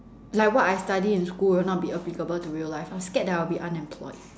like what I study in school will not be applicable to real life I'm scared that I will be unemployed